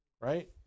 right